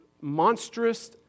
monstrous